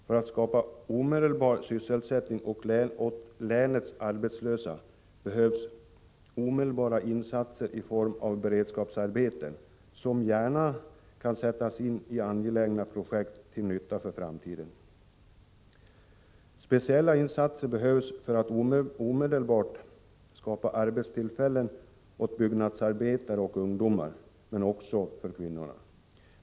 För att skapa omedelbar sysselsättning åt länets arbetslösa behövs snara insatser i form av beredskapsarbeten, som gärna kan sättas in i angelägna projekt till nytta för framtiden. Speciella insatser behövs för att snarast möjligt skapa arbetstillfällen för byggnadsarbetare och ungdomar, men också för kvinnorna.